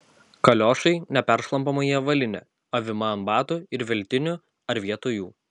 kaliošai neperšlampamoji avalynė avima ant batų ir veltinių ar vietoj jų